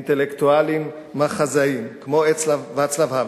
אינטלקטואלים, מחזאים, כמו ואצלב האוול,